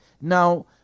Now